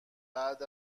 بعد